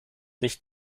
nicht